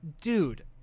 dude